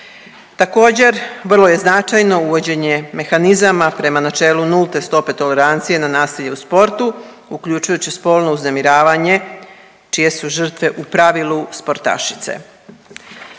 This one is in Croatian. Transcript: Također vrlo je značajno uvođenje mehanizama prema načelu nulte stope tolerancije na nasilje u sportu uključujući spolno uznemiravanje čije su žrtve u pravilu sportašice.